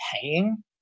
paying